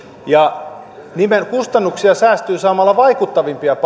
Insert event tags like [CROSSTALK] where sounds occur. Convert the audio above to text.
ja kustannuksia säästyy saamalla vaikuttavampia [UNINTELLIGIBLE]